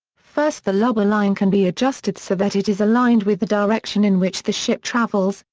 first the lubber line can be adjusted so that it is aligned with the direction in which the ship travels,